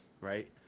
right